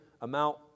amount